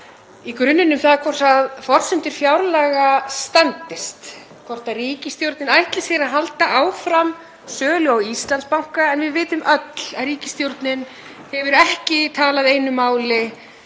í grunninn um það hvort forsendur fjárlaga standist, hvort ríkisstjórnin ætli sér að halda áfram sölu á Íslandsbanka. En við vitum öll að ríkisstjórnin hefur ekki talað einu máli